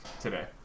today